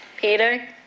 Peter